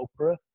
Oprah